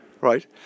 Right